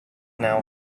now